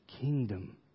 kingdom